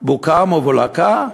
בוקה ומבולקה?